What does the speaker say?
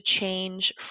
change